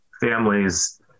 families